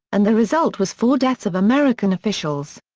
and the result was four deaths of american officials.